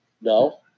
No